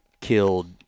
killed